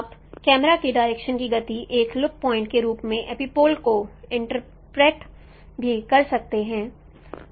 आप कैमरा के डायरेक्शन की गति एक लुप्त पॉइंट के रूप में एपिपोल को इंटरप्रेट भी कर सकते हैं